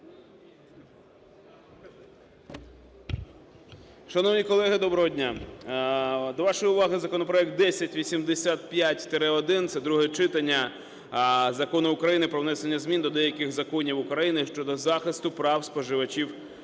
Шановні колеги, доброго дня! До вашої уваги законопроект 1085-1, це друге читання Закону України про внесення змін до деяких законів України щодо захисту прав споживачів фінансових